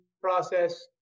process